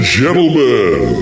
gentlemen